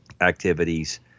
activities